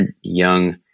young